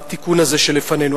בתיקון הזה שלפנינו.